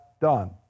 done